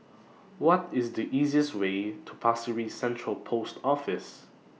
What IS The easiest Way to Pasir Ris Central Post Office